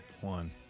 one